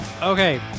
okay